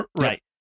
Right